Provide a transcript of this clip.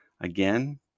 again